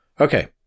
Okay